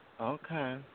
Okay